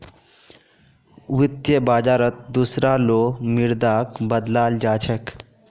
वित्त बाजारत दुसरा लो मुद्राक बदलाल जा छेक